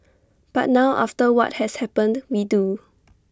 but now after what has happened we do